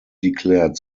declared